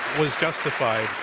was justified,